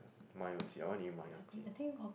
ma you ji I want to eat ma you ji